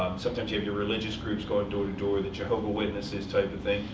sometimes, you have your religious groups going door to door, the jehovah witnesses type of thing.